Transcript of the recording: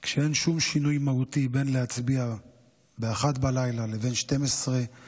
כשאין שום שינוי מהותי בין להצביע ב-01:00 לבין 12:00,